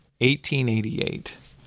1888